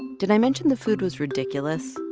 did i mention the food was ridiculous?